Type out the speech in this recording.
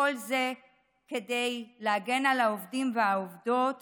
כל זה כדי להגן על העובדים והעובדות